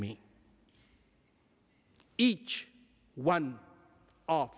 me each one o